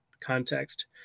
context